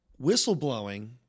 whistleblowing